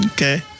Okay